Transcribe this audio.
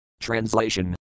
translation